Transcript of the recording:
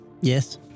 Yes